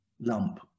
lump